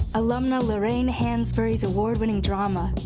alumna lorraine hansberry's award-winning drama,